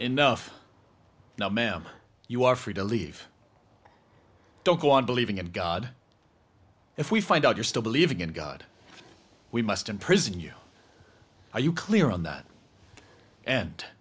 enough no ma'am you are free to leave don't go on believing in god if we find out you're still believing in god we must imprison you are you clear on that and